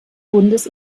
bundes